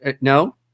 No